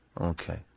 Okay